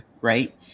right